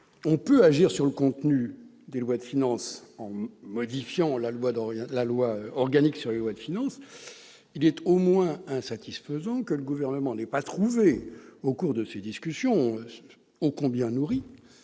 on peut agir sur le contenu des lois de finances en modifiant la loi organique qui les régit. Il est donc insatisfaisant que le Gouvernement n'ait pas trouvé le moyen, au cours de ces discussions ô combien nourries,